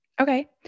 Okay